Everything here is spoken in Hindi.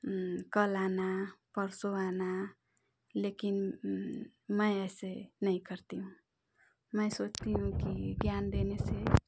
हम कल आना परसों आना लेकिन मैं ऐसे नहीं करती हूँ मैं सोचती हूँ कि ज्ञान देने से